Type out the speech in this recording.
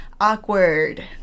awkward